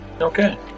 Okay